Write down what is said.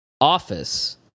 office